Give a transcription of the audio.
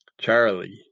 Charlie